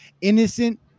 innocent